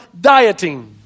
dieting